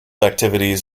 activities